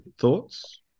thoughts